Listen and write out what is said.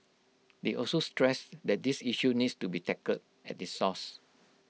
they also stressed that this issue needs to be tackled at the